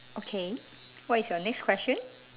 okay what is your next question